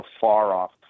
far-off